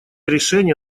решение